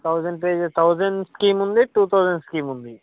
thousand పే thousand scheme ఉంది two thousand scheme ఉంది